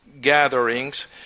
gatherings